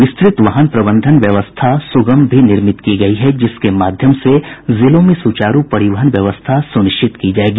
विस्तृत वाहन प्रबंधन व्यवस्था सुगम भी निर्मित की गयी है जिसके माध्यम से जिलों में सुचारू परिवहन व्यवस्था सुनिश्चित की जायेगी